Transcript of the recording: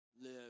Live